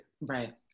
Right